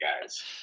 guys